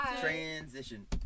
Transition